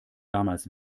damals